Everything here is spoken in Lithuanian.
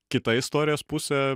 kita istorijos pusė